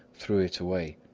threw it away,